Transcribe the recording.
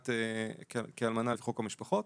האלמנה לחוק המשפחות.